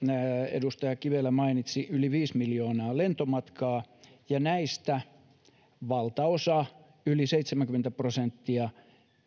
edustaja kivelä mainitsi yli viisi miljoonaa lentomatkaa ja näistä valtaosa yli seitsemänkymmentä prosenttia